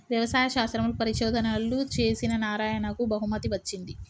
వ్యవసాయ శాస్త్రంలో పరిశోధనలు చేసిన నారాయణకు బహుమతి వచ్చింది